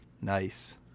Nice